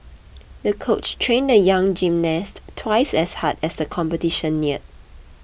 the coach trained the young gymnast twice as hard as the competition neared